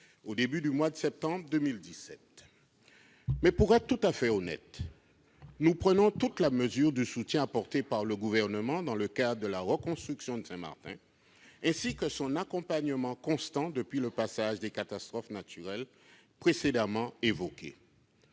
au début du mois de septembre 2017. Pour être tout à fait honnêtes, nous mesurons pleinement le soutien apporté par le Gouvernement dans le cadre de la reconstruction de Saint-Martin, ainsi que de son accompagnement constant depuis le passage des catastrophes naturelles précédemment évoquées.